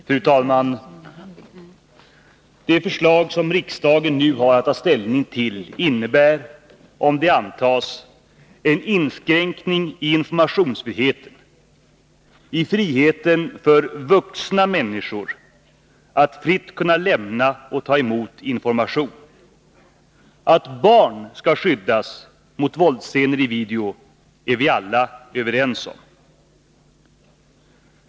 Fru talman! Det förslag som riksdagen nu har att ta ställning till innebär, om det antas, en inskränkning i informationsfriheten — i friheten för vuxna människor att fritt kunna lämna och ta emot information. Att barn skall skyddas mot våldsscener i video är vi alla överens om.